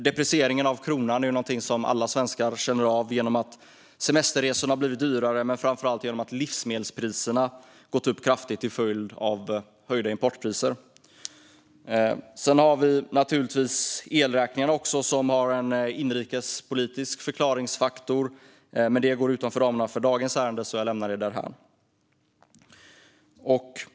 Deprecieringen av kronan är någonting som alla svenskar känner av genom att semesterresorna har blivit dyrare men framför allt genom att livsmedelspriserna har gått upp kraftigt till följd av höjda importpriser. Sedan har vi naturligtvis elräkningarna, som har en inrikespolitisk förklaringsfaktor. Detta går dock utanför ramarna för dagens ärende, så jag lämnar det därhän.